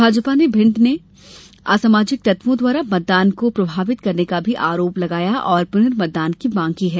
भाजपा ने भिंड ने असामाजिक तत्वों द्वारा मतदान को प्रभावित करने का भी आरोप लगाया है और पुर्नमतदान की मांग की है